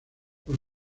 por